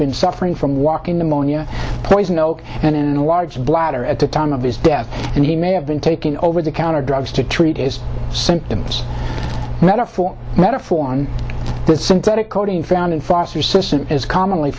been suffering from walking pneumonia poison oak and in a large bladder at the time of his death and he may have been taking over the counter drugs to treat is symptoms metaphor metaphor on the synthetic coating found in foster system is commonly